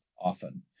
often